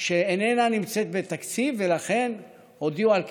שאיננה נמצאת בתקציב, ולכן הודיעו על קיצוצה.